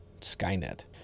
Skynet